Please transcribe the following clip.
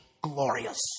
glorious